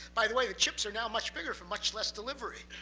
by the way, the chips are now much bigger for much less delivery.